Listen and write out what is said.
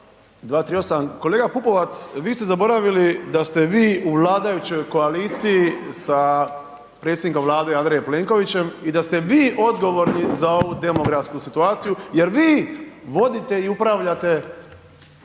238. Kolega Pupovac, vi ste zaboravili da ste vi u vladajućoj koaliciji sa predsjednikom Vlade Andrejem Plenkovićem i da ste vi odgovorni za ovu demografsku situaciju jer vi vodite i upravljate